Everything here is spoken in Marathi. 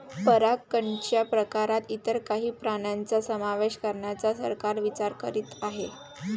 परागकणच्या प्रकारात इतर काही प्राण्यांचा समावेश करण्याचा सरकार विचार करीत आहे